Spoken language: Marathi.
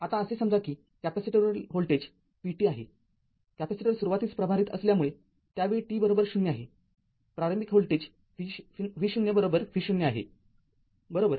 आता असे समजा किकॅपेसिटरवरील व्होल्टेज vt आहे कॅपेसिटर सुरुवातीस प्रभारित असल्यामुळे त्यावेळी t० आहे प्रारंभिक व्होल्टेज v0 v0 आहेबरोबर